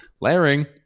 Layering